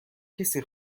کسی